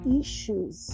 issues